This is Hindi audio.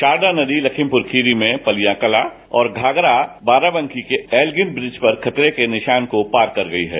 शारदा नदी लखीमपुर खीरी में पलियां कला और घाघरा बाराबंकी के एल्गिन ब्रिज पर खतरे के निशान को पार कर गई है